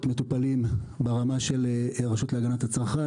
מטופלים ברמה של הרשות להגנת הצרכן,